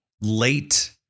Late